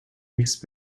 niece